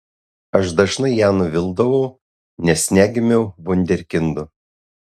aš dažnai ją nuvildavau nes negimiau vunderkindu